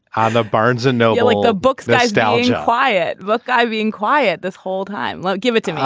ah the barnes and noble, like the book, nice valley's quiet look, i've being quiet this whole time. well, give it to me